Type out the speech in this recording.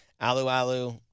Alu-Alu